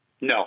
No